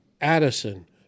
Addison